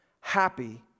happy